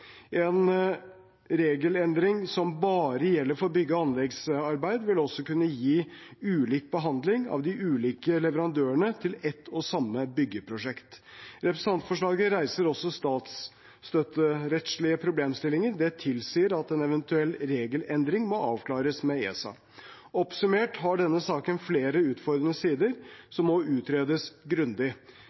En regelendring som bare gjelder for bygge- og anleggsarbeid, vil også kunne gi ulik behandling av de ulike leverandørene til ett og samme byggprosjekt. Representantforslaget reiser også statsstøtterettslige problemstillinger. Det tilsier at en eventuell regelendring må avklares med ESA. Oppsummert har denne saken flere utfordrende sider som må utredes grundig.